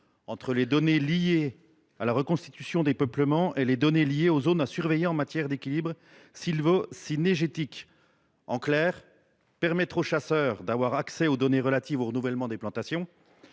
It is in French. part, les données liées à la reconstitution des peuplements, et, d’autre part, les données liées aux zones à surveiller en matière d’équilibre sylvo cynégétique. En clair, il s’agit de permettre aux chasseurs d’avoir accès aux données relatives au renouvellement des plantations